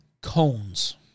cones